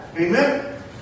Amen